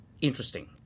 interesting